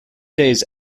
days